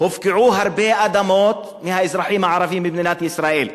הופקעו הרבה אדמות מהאזרחים הערבים במדינת ישראל,